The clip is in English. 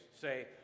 say